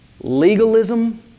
Legalism